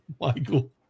Michael